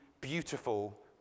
beautiful